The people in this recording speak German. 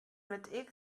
mit